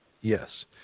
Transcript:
Yes